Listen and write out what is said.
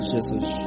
Jesus